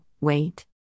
wait